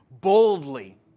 boldly